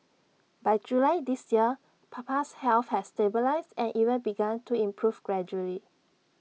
by July this year Papa's health had stabilised and even begun to improve gradually